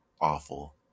awful